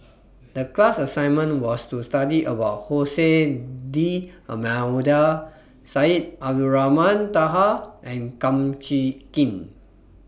The class assignment was to study about Jose D'almeida Syed Abdulrahman Taha and Kum Chee Kin